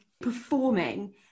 performing